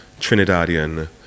Trinidadian